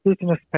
business